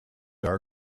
are